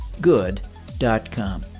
good.com